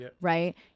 right